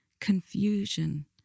confusion